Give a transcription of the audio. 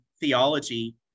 theology